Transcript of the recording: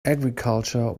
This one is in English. agriculture